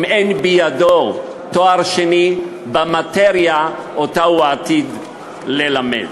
אם אין בידו תואר שני במאטריה שהוא עתיד ללמד,